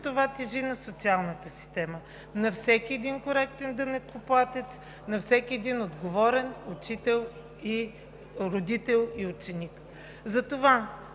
това тежи на социалната система, на всеки коректен данъкоплатец, на всеки отговорен учител, родител и ученик. Затова